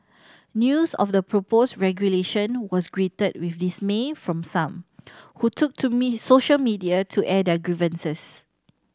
news of the proposed regulation was greeted with dismay from some who took to me social media to air their grievances